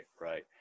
right